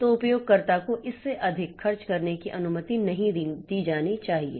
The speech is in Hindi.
तो उपयोगकर्ता को इससे अधिक खर्च करने की अनुमति नहीं दी जानी चाहिए